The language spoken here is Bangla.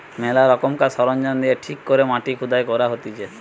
ম্যালা রকমের সরঞ্জাম দিয়ে ঠিক করে মাটি খুদাই করা হতিছে